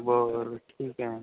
बरं ठीक आहे मग